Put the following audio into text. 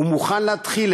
הוא מוכן להתחיל.